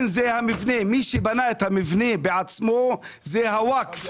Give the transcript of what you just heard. מי שבנה את המבנה בעצמו זה ה-וואקף,